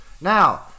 Now